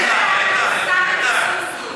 "סמי וסוסו".